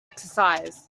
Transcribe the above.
exercise